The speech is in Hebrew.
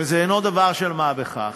וזה אינו דבר של מה בכך,